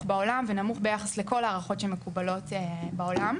בעולם ונמוך ביחס לכל ההערכות שמקובלות בעולם.